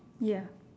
ya